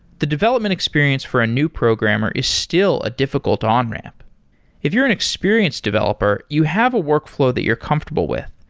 the development experience for a new programmer is still a difficult on-ramp if you're an experienced developer, you have a workflow that you're comfortable with.